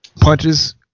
punches